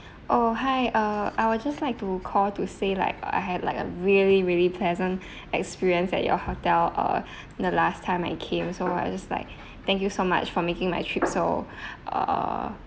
oh hi uh I will just like to call to say like I had like a really really pleasant experience at your hotel uh the last time I came so I just like thank you so much for making my trip so uh